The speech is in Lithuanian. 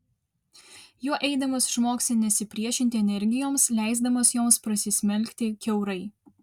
juo eidamas išmoksi nesipriešinti energijoms leisdamas joms prasismelkti kiaurai